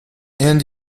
end